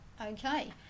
Okay